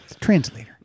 Translator